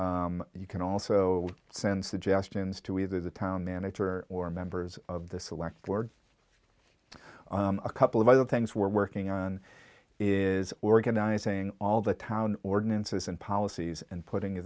you can also send suggestions to either the town manager or members of the select board a couple of other things we're working on is organizing all the town ordinances and policies and putting